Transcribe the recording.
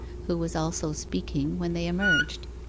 who was also speaking, when they emerged.